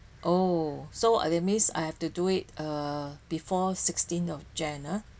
oh so that means I have to do it uh before sixteenth of jan~